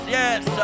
yes